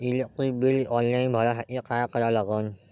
Electric bill online भरासाठी का करा लागन?